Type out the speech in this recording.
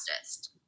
fastest